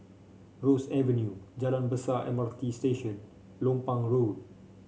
Ross Avenue Jalan Besar M R T Station Lompang Road